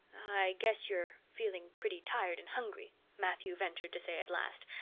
i guess you're feeling pretty tired and hungry, matthew ventured to say at last,